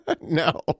No